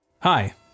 Hi